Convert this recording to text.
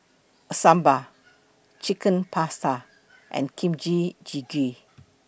Sambar Chicken Pasta and Kimchi Jjigae